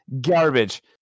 garbage